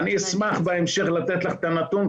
--- אני אשמח בהמשך לתת לך את הנתון,